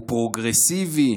הוא פרוגרסיבי,